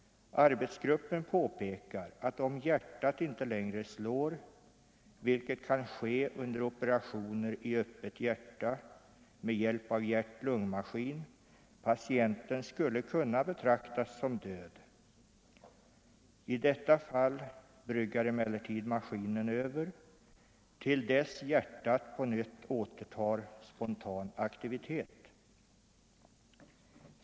Arbetsgruppen påpekar att om hjärtat inte slår, vilket kan ske under operationer i öppet hjärta med hjälp av hjärt-lungmaskin, patienten skulle kunna betraktas som död. I detta fall bryggar emellertid maskinen över till dess hjärtat på nytt återtar spontan aktivitet.